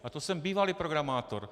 A to jsem bývalý programátor.